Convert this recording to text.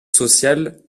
social